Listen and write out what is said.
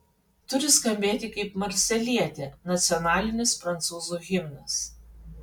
turi skambėti kaip marselietė nacionalinis prancūzų himnas